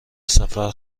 سفر